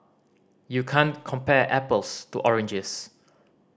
you can't compare apples to oranges